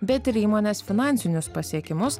bet ir įmonės finansinius pasiekimus